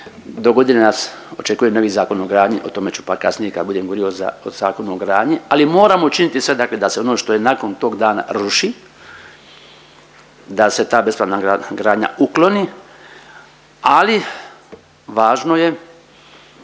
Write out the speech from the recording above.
Do godine nas očekuje novi zakon o gradnji, o tome ću pak kasnije kad budem govorio o Zakonu o gradnji ali moramo učiniti sve dakle da se ono što je nakon tog dana, ruši, da se ta bespravna gradnja ukloni ali važno je